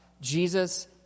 Jesus